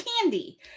candy